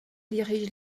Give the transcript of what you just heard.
dirige